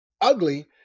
ugly